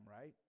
right